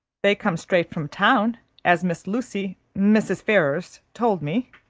they come straight from town, as miss lucy mrs. ferrars told me.